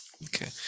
Okay